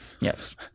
Yes